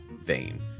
vein